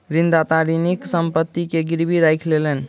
ऋणदाता ऋणीक संपत्ति के गीरवी राखी लेलैन